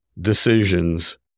decisions